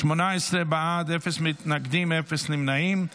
18 בעד, אפס מתנגדים, אפס נמנעים.